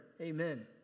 amen